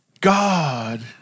God